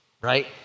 right